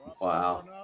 wow